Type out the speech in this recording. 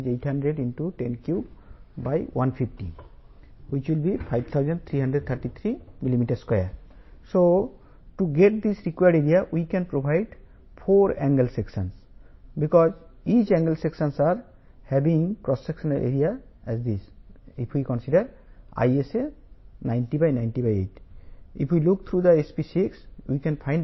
column 14 m పొడవు మరియు రెండు చివరలు ఫిక్సుడ్